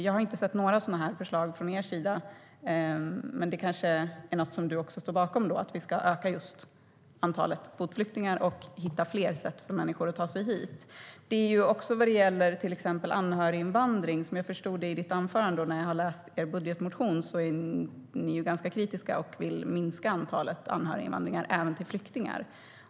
Jag har inte sett några sådana förslag från Sverigedemokraterna, men det kanske är någonting som även Markus Wiechel står bakom - att vi ska öka antalet kvotflyktingar och hitta fler sätt för människor att ta sig hit. Som jag förstår det av Markus Wiechels anförande och er budgetmotion är ni ganska kritiska och vill minska antalet anhöriginvandrare även till flyktingar.